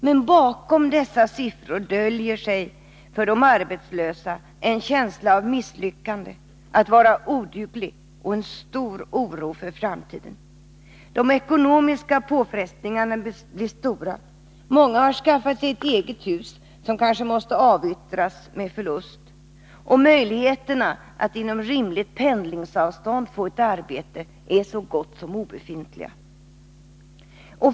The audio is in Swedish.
Men bakom dessa siffror döljer sig problemen för de arbetslösa: en känsla av misslyckande, av att vara oduglig, och en stor oro för framtiden. De ekonomiska påfrestningarna blir stora. Många har skaffat sig ett eget hus, som kanske måste avyttras med förslust. Möjligheterna att inom rimligt pendlingsavstånd få ett arbete är så gott som obefintliga.